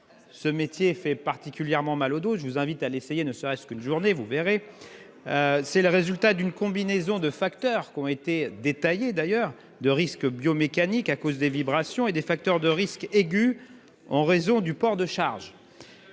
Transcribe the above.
Ce métier fait particulièrement mal au dos. Je vous invite à l'essayer ne serait-ce qu'une journée : vous verrez ! C'est le résultat d'une combinaison de facteurs, d'ailleurs bien détaillés, de risques biomécaniques causés par les vibrations et de facteurs de risque aigus liés au port de charges.